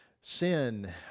sin